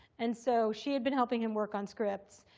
and so she had been helping him work on scripts,